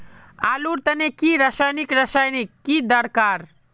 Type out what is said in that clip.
आलूर तने की रासायनिक रासायनिक की दरकार?